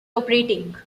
operating